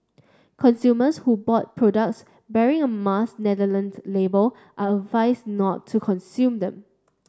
consumers who bought products bearing a Mars Netherlands label are advised not to consume them